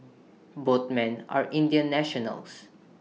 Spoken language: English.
both men are Indian nationals